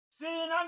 see